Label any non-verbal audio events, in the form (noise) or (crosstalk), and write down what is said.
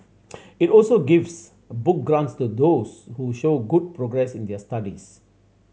(noise) it also gives book grants to those who show good progress in their studies